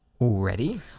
Already